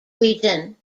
region